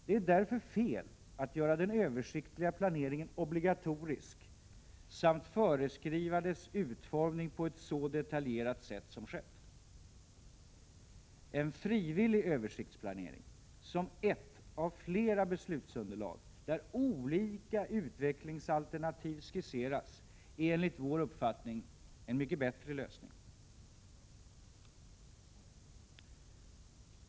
Det är därför fel att göra den översiktliga planeringen obligatorisk samt föreskriva dess utformning på ett så detaljerat sätt som skett. En frivillig översiktsplanering — som ett av flera beslutsunderlag, där olika utvecklingsalternativ skisseras — är enligt vår uppfattning en mycket bättre lösning.